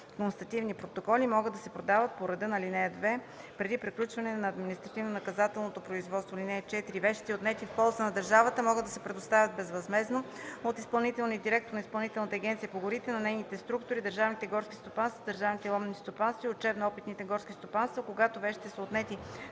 констативни протоколи, могат да се продават по реда на ал. 2 преди приключване на административнонаказателното производство. (4) Вещите, отнети в полза на държавата, могат да се предоставят безвъзмездно от изпълнителния директор на Изпълнителната агенция по горите на нейните структури, държавните горски стопанства, държавните ловни стопанства и учебно-опитните горски стопанства, а когато вещите са отнети